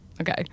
okay